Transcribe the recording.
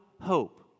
hope